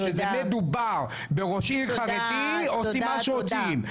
כשזה מדובר בראש עיר חרדי, עושים מה שרוצים.